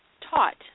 taught